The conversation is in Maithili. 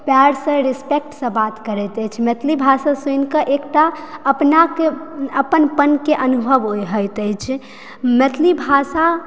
प्यारसँ रेस्पेक्टसँ बात करैत अछि मैथिली भाषा सुनिकऽ एकटा अपनाके अपनपनके अनुभव होयत अछि मैथिली भाषा